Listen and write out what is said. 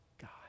God